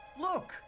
Look